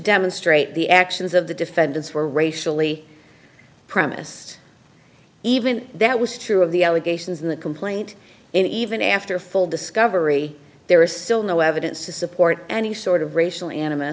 demonstrate the actions of the defendants were racially premised even that was true of the allegations in the complaint and even after full discovery there is still no evidence to support any sort of racial anim